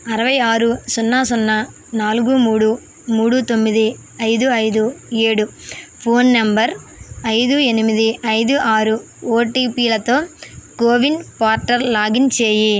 అరవై ఆరు సున్నా సున్నా నాలుగు మూడు మూడు తొమ్మిది ఐదు ఐదు ఏడు ఫోన్ నంబర్ ఐదు ఎనిమిది ఐదు ఆరు ఓటిపిలతో కోవిన్ పోర్టల్ లాగిన్ చేయి